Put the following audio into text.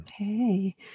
okay